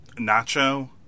Nacho